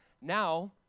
Now